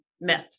Myth